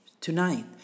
tonight